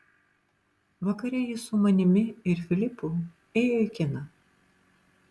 vakare jis su manimi ir filipu ėjo į kiną